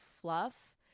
fluff